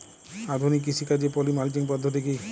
আধুনিক কৃষিকাজে poly mulching পদ্ধতি কি?